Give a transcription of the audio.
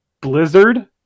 Blizzard